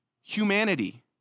humanity